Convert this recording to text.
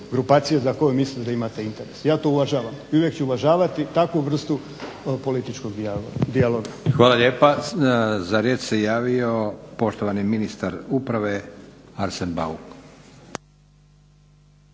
grupacije za koju mislite da imate interes. Ja to uvažavam i uvijek ću uvažavati takvu vrstu političkog dijaloga. **Leko, Josip (SDP)** Hvala lijepa. Za riječ se javio poštovani ministar uprave Arsen Bauk.